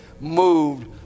moved